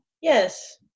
Yes